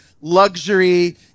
luxury